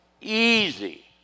Easy